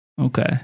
Okay